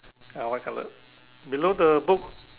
uh white colour below the book